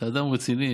אתה אדם רציני,